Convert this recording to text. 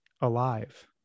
alive